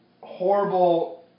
horrible